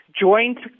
Joint